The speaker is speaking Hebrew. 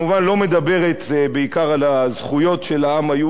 מדברת בעיקר על הזכויות של העם היהודי,